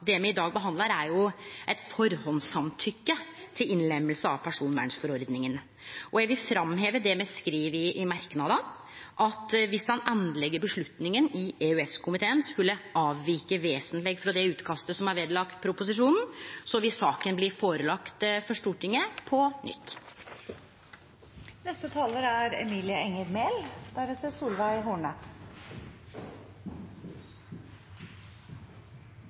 det me i dag behandlar, er eit førehandssamtykke til innlemming av personvernforordninga. Eg vil framheve det me skriv i merknadane, at viss den endelege avgjerda i EØS-komiteen skulle avvike vesentleg frå det utkastet som er vedlagt proposisjonen, vil saka bli lagt fram for Stortinget på nytt. Personvern er